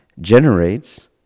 generates